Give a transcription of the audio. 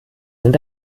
sind